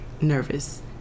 nervous